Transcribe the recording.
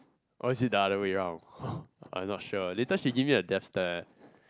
why is it the other way round I'm not sure ah later she give me the death stare